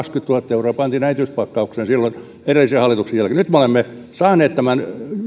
euroa pantiin äitiyspakkaukseen silloin edellisen hallituksen jälkeen nyt me olemme saaneet tämän